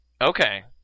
Okay